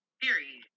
Period